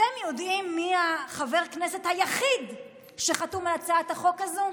אתם יודעים מי חבר הכנסת היחיד שחתום על הצעת החוק הזו?